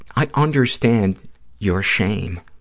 i understand your shame